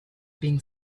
being